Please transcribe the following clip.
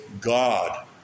God